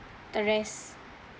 the rest